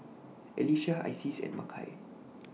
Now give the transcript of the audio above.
Alecia Isis and Makai